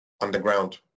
underground